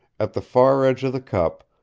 at the far edge of the cup,